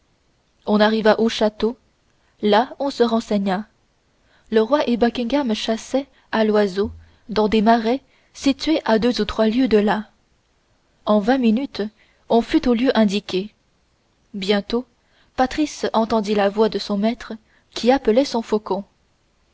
on arriva au château là on se renseigna le roi et buckingham chassaient à l'oiseau dans des marais situés à deux ou trois lieues de là en vingt minutes on fut au lieu indiqué bientôt patrice entendit la voix de son maître qui appelait son faucon